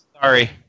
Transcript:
sorry